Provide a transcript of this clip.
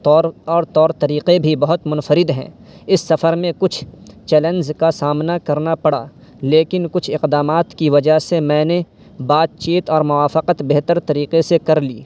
طور اور طور طریقے بھی بہت منفرد ہیں اس سفر میں کچھ چیلنز کا سامنا کرنا پڑا لیکن کچھ اقدامات کی وجہ سے میں نے بات چیت اور موافقت بہتر طریقے سے کر لی